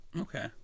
Okay